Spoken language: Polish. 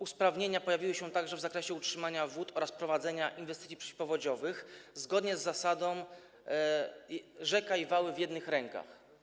Usprawnienia pojawiły się także w zakresie utrzymania wód oraz prowadzenia inwestycji przeciwpowodziowych zgodnie z zasadą: rzeka i wały w jednych rękach.